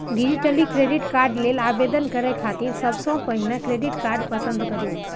digitally credit card लेल आवेदन करै खातिर सबसं पहिने क्रेडिट कार्ड पसंद करू